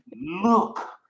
look